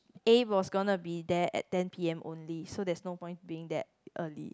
A was gonna be there at ten p_m only so there's no point being that early